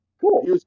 Cool